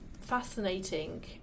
fascinating